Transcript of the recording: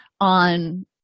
on